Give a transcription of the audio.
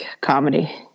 comedy